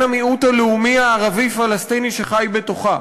המיעוט הלאומי הערבי-פלסטיני שחי בתוכה.